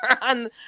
on